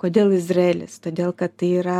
kodėl izraelis todėl kad tai yra